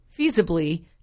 feasibly